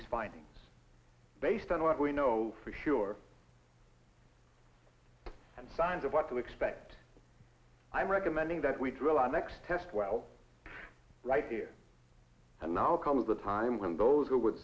he's finding based on what we know for sure and signs of what to expect i'm recommending that we drill our next test well right here and now comes a time when those who would